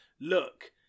look